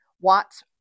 Watts